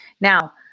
Now